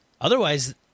Otherwise